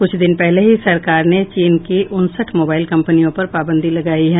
कुछ दिन पहले ही सरकार ने चीन की उनसठ मोबाइल कंपनियों पर पाबंदी लगाई है